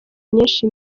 nyinshi